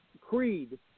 creed